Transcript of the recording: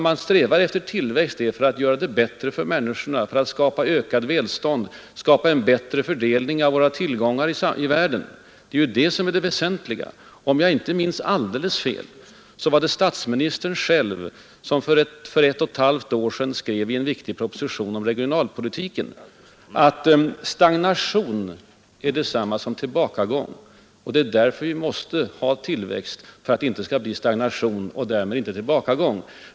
Man strävar efter tillväxt för att göra det bättre för människorna, för att skapa ökat välstånd, skapa en bättre fördelning av våra tillgångar i världen. Det är det som är det väsentliga. Om jag inte minns alldeles fel var det statsministern själv som för ett och ett halvt år sedan i en viktig proposition om regionalpolitiken skrev att ”stagnation är detsamma som tillbakagång” och att tillväxt är nödvändig för att förhindra stagnation och därmed tillbakagång.